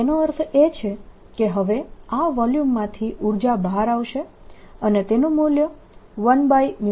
તેનો અર્થ એ છે કે હવે આ વોલ્યુમ માંથી ઉર્જા બહાર આવશે અને તેનું મૂલ્ય 10a02K